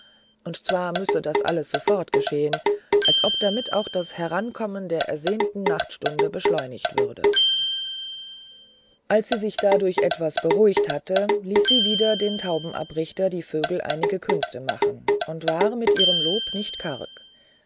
und zwar müsse das alles sofort geschehen als ob damit auch das herankommen der ersehnten nachtstunde beschleunigt würde als sie sich dadurch etwas beruhigt hatte ließ sie wieder den taubenabrichter die vögel einige künste machen und war mit ihrem lob nicht karg